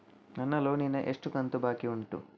ನನ್ನ ಲೋನಿನ ಎಷ್ಟು ಕಂತು ಬಾಕಿ ಉಂಟು?